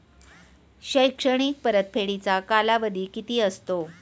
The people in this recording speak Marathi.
शैक्षणिक परतफेडीचा कालावधी किती असतो?